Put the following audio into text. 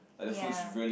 ya